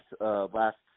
last